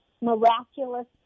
miraculous